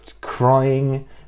crying